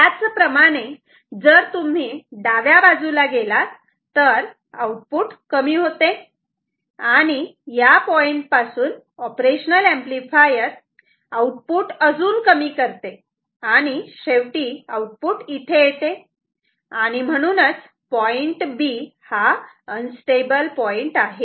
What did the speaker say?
त्याचप्रमाणे जर तुम्ही डाव्या बाजूला गेलात तर आउटपुट कमी होते आणि या पॉईंटपासून ऑपरेशनल ऍम्प्लिफायर आउटपुट अजून कमी करते आणि शेवटी आउटपुट इथे येते आणि म्हणूनच पॉइंट B अनस्टेबल पॉईंट आहे